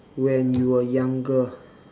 when you were younger